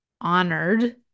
honored